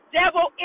devil